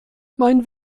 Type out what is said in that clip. mein